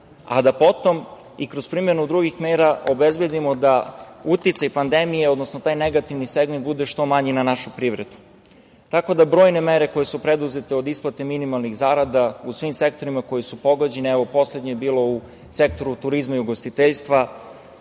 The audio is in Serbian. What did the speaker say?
a da potom i kroz primenu drugih mera obezbedimo da uticaj pandemije, odnosno taj negativni segment bude što manji na našu privredu. Brojne mere, koje su preduzete od isplate minimalnih zarada u svim sektorima koji su pogođeni, a poslednje je bilo u sektoru turizma i ugostiteljstva,